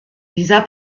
dieser